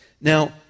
Now